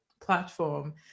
platform